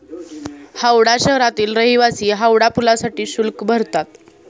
हावडा शहरातील रहिवासी हावडा पुलासाठी शुल्क भरतात